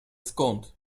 skąd